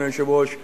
אדוני היושב-ראש,